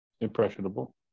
Impressionable